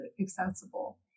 accessible